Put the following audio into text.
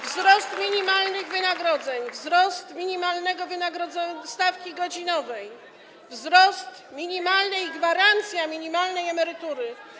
Wzrost minimalnych wynagrodzeń, wzrost minimalnej stawki godzinowej, wzrost minimalnej i gwarancja minimalnej emerytury.